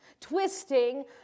twisting